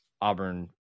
Auburn